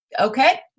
okay